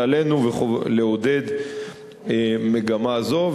ועלינו לעודד מגמה זאת".